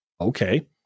okay